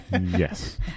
Yes